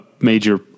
major